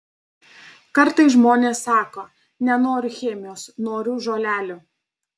kartais žmonės sako nenoriu chemijos noriu žolelių